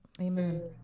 Amen